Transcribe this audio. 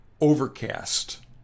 overcast